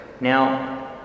Now